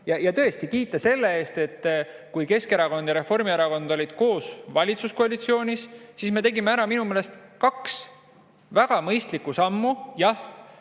Ja tõesti, võin kiita selle eest, et kui Keskerakond ja Reformierakond olid koos valitsuskoalitsioonis, siis me tegime ära minu meelest kaks väga mõistliku sammu.